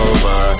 over